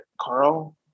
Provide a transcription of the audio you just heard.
carl